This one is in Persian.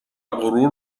غرور